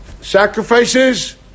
sacrifices